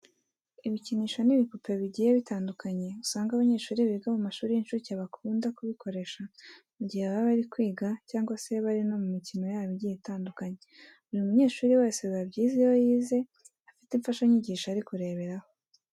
Ibikinisho n'ibipupe bigiye bitandukanye usanga abanyeshuri biga mu mashuri y'incuke bakunda kubikoresha mu gihe baba bari kwiga cyangwa se bari no mu mikino yabo igiye itandukanye. Buri munyeshuri wese biba byiza iyo yize afite imfashanyigisho ari kureberaho.